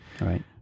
right